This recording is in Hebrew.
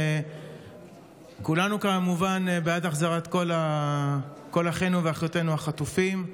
כולנו כמובן בעד החזרת כל אחינו ואחיותינו החטופים.